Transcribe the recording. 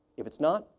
if it's not,